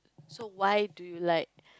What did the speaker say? so why do you like